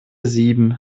sieben